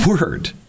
word